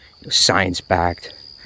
science-backed